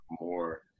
more